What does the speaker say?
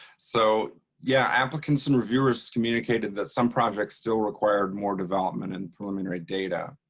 so yeah applicants and reviewers communicated that some projects still required more development and preliminary data.